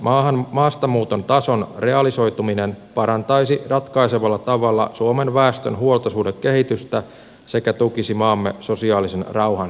potentiaalisen maastamuuton tason realisoituminen parantaisi ratkaisevalla tavalla suomen väestön huoltosuhdekehitystä sekä tukisi maamme sosiaalisen rauhan säilymistä